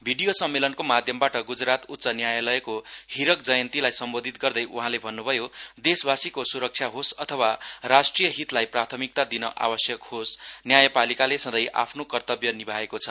video सम्मेलनको माध्यमबाट ग्जरात उच्च न्यायालयको हीरक जयन्तीलाई सम्बोधित गर्दै उहाँले भन्न्भयो देशवासीको स्रक्षा होस् अथवा राष्ट्रिय हितलाई प्राथमिकता दिन आवश्यक होस् न्यायपालिकाले संधै आफ्नो कर्तब्य निभाएको छ